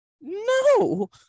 No